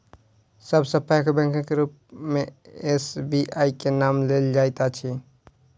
सब सॅ पैघ बैंकक रूप मे एस.बी.आई के नाम लेल जाइत अछि